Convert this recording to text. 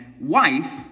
wife